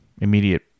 immediate